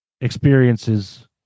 experiences